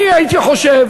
אני הייתי חושב